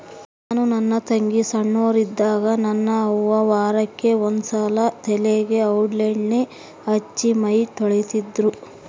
ನಾನು ನನ್ನ ತಂಗಿ ಸೊಣ್ಣೋರಿದ್ದಾಗ ನನ್ನ ಅವ್ವ ವಾರಕ್ಕೆ ಒಂದ್ಸಲ ತಲೆಗೆ ಔಡ್ಲಣ್ಣೆ ಹಚ್ಚಿ ಮೈತೊಳಿತಿದ್ರು